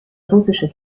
russischer